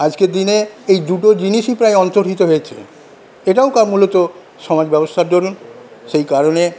আজকের দিনে এই দুটো জিনিসই প্রায় অন্তর্হিত হয়েছে এটাও কম মূলত সমাজ ব্যবস্থার দরুণ সেই কারণে